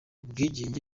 bwigenge